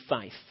faith